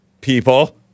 people